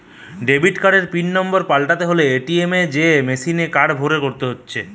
debit কার্ডের pin number পাল্টাতে হলে এ.টি.এম এ যেয়ে মেসিনে কার্ড ভরে করতে হচ্ছে